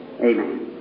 Amen